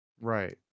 Right